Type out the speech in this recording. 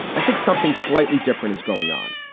i think something slightly different is going on.